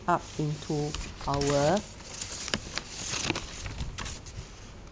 up into our